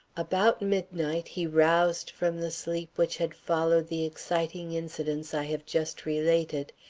about midnight he roused from the sleep which had followed the exciting incidents i have just related,